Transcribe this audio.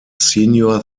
senior